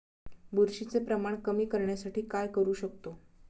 बुरशीचे प्रमाण कमी करण्यासाठी काय करू शकतो?